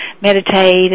meditate